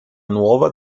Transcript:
nuova